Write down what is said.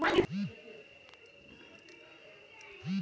धान की खेती करने के लिए किन किन उपकरणों व औज़ारों की जरूरत पड़ती है?